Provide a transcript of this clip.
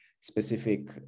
specific